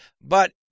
but-